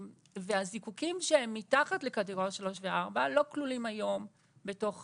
הזיקוקין שהם מתחת לקטגוריה 3 ו-4 לא כלולים היום בתוך